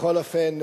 בכל אופן,